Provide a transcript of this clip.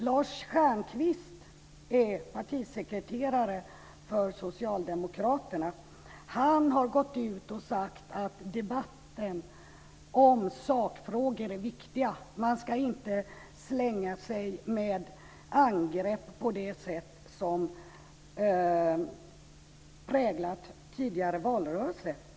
Lars Stjernkvist är socialdemokraternas partisekreterare. Han har gått ut och sagt att debatten om sakfrågor är viktig. Man ska inte slänga sig med angrepp på det sätt som präglat tidigare valrörelser.